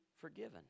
forgiven